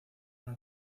una